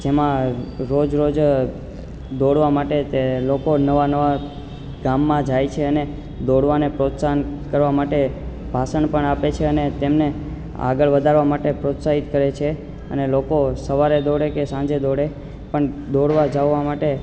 જેમાં રોજ રોજ દોડવા માટે તે લોકો નવા નવા ગામમાં જાય છે અને દોડવાને પ્રોત્સાહન કરવા માટે ભાષણ પણ આપે છે અને તેમને આગળ વધારવા માટે પ્રોત્સાહિત કરે છે અને લોકો સવારે દોડે કે સાંજે દોડે પણ દોડવા જવા માટે